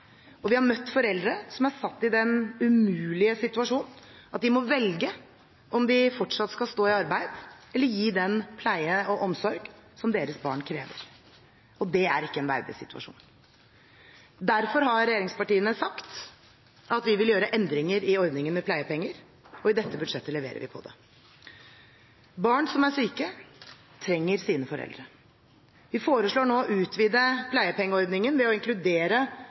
Og vi har møtt foreldre som er satt i den umulige situasjonen at de må velge om de fortsatt skal stå i arbeid eller gi den pleie og omsorg som deres barn krever. Det er ikke en verdig situasjon. Derfor har regjeringspartiene sagt at vi vil gjøre endringer i ordningen med pleiepenger. I dette budsjettet leverer vi på det. Barn som er syke, trenger sine foreldre. Vi foreslår nå å utvide pleiepengeordningen ved å inkludere